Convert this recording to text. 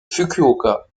fukuoka